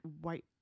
white